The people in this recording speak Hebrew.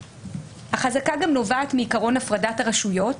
החזקה גם נובעת מעיקרון הפרדת הרשויות.